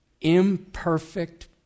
imperfect